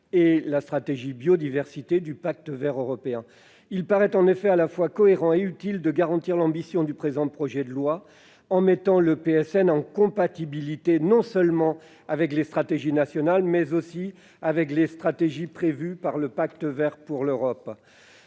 en faveur de la biodiversité du Pacte vert européen. Il paraît à la fois cohérent et utile de garantir l'ambition du présent projet de loi en rendant le PSN compatible non seulement avec les stratégies nationales, mais aussi avec les stratégies prévues par le Pacte vert européen.